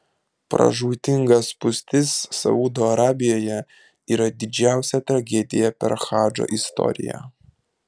pražūtinga spūstis saudo arabijoje yra didžiausia tragedija per hadžo istoriją